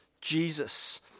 Jesus